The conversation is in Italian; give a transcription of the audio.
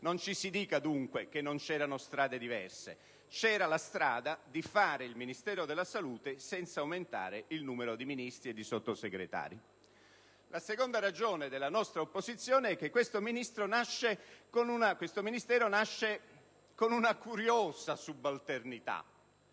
Non ci si dica comunque che non c'erano strade diverse: c'era la strada di istituire il Ministero della salute senza aumentare il numero dei Ministri e dei Sottosegretari. La seconda ragione della nostra opposizione è che questo Ministero nasce con una curiosa subalternità: